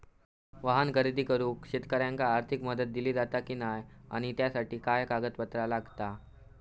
वाहन खरेदी करूक शेतकऱ्यांका आर्थिक मदत दिली जाता की नाय आणि त्यासाठी काय पात्रता लागता?